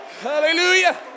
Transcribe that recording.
Hallelujah